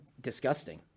disgusting